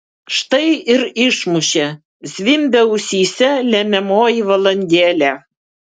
štai ir išmušė zvimbia ausyse lemiamoji valandėlė